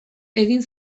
egin